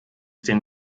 den